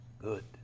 Good